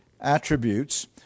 attributes